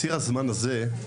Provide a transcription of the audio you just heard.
ציר הזמן הזה,